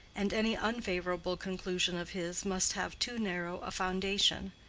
and any unfavorable conclusion of his must have too narrow a foundation.